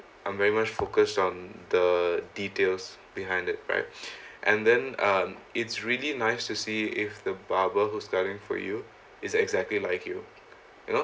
I'm very focused on the details behind it right and then uh it's really nice to see if the barber who cutting for you is exactly like you you know